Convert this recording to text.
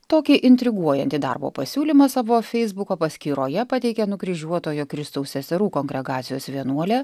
tokį intriguojantį darbo pasiūlymą savo feisbuko paskyroje pateikia nukryžiuotojo kristaus seserų kongregacijos vienuolė